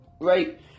right